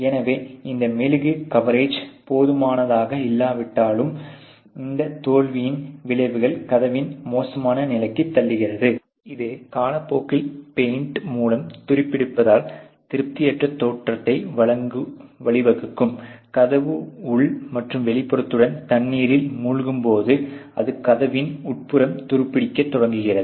எனவே இந்த மெழுகு கவரேஜ் போதுமானதாக இல்லாவிட்டால் இந்த தோல்வியின் விளைவுகள் கதவை மோசமான நிலைக்கு தள்ளுகிறது இது காலப்போக்கில் பெயிண்ட் மூலம் துருப்பிடிப்பதால் திருப்தியற்ற தோற்றத்திற்கு வழிவகுக்கும் கதவு உள் மற்றும் வெளிப்புறத்துடன் தண்ணீரில் மூழ்கும் போது அது கதவின் உட்புறம் துருப்பிடிக்கத் தொடங்குகிறது